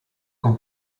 con